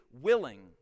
willing